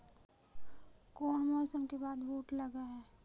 कोन मौसम के बाद बुट लग है?